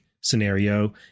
scenario